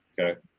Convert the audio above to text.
Okay